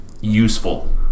Useful